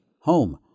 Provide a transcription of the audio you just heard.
home